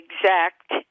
exact